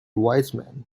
wiseman